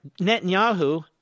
Netanyahu